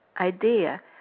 idea